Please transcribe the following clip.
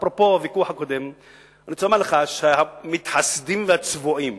אפרופו הוויכוח הקודם אני רוצה לומר לך שהמתחסדים והצבועים